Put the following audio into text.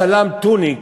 הצלם טוניק,